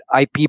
IP